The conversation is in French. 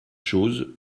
chose